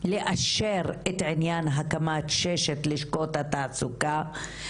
לאשר את עניין הקמת ששת לשכות התעסוקה.